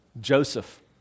Joseph